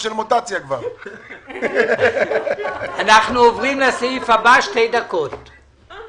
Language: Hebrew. הישיבה ננעלה בשעה